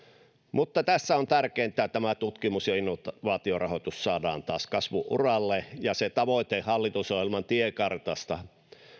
mutta tässä on tärkeintä että tutkimus ja ja innovaatiorahoitus saadaan taas kasvu uralle ja se tavoite hallitusohjelman tiekartasta